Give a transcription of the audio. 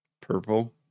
Purple